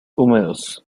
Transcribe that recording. húmedos